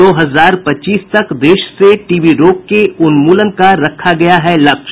दो हजार पच्चीस तक देश से टीबी रोग के उन्मूलन का रखा गया है लक्ष्य